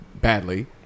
badly